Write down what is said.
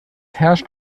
herrscht